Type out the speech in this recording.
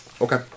Okay